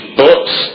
books